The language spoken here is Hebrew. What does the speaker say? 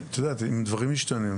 אם דברים משתנים,